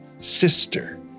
sister